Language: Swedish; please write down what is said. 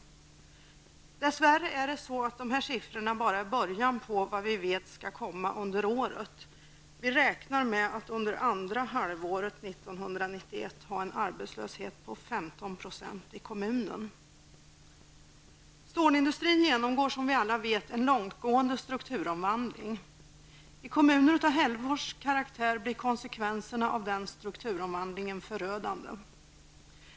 Dess värre är det så att dessa siffror bara är början på vad vi vet skall komma under året. Vi räknar med att under andra halvåret ha en arbetslöshet på 15 % i kommunen. Stålindustrin genomgår, som vi alla vet, en långtgående strukturomvandling. I kommuner av Hällefors karaktär blir konsekvenserna av den strukturomvandlingen förödande.